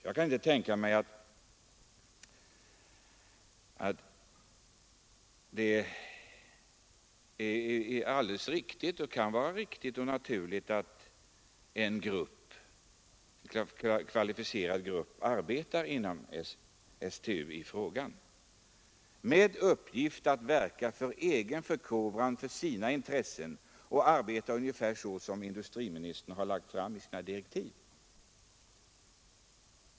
Jag kan inte tänka mig att det kan vara riktigt och naturligt att en kvalificerad grupp arbetar inom STU med uppgift att verka för egen förkovran och egna intressen och att den arbetar ungefär så som industriministern sagt i sina direktiv.